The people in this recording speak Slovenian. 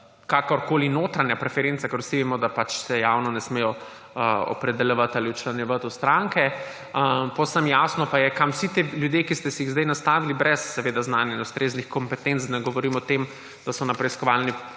ali notranja preferenca, ker vsi vemo, da se javno ne smejo opredeljevati ali včlanjevati v stranke, povsem jasno pa je, kam vsi ti ljudje, ki ste si jih zdaj nastavili, seveda brez znanja in ustreznih kompetenc, da ne govorim o tem, da so na preiskovalni